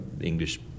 English